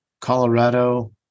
Colorado